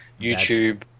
YouTube